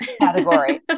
category